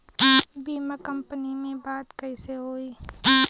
बीमा कंपनी में बात कइसे होई?